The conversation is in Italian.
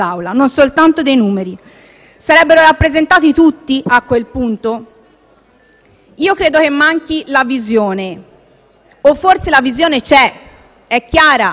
Credo che manchi la visione, o forse la visione c'è ed è chiara e netta per alcuni di voi, o meglio per i capi politici di alcuni di voi.